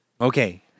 Okay